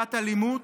בעבירת אלימות,